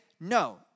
no